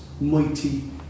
mighty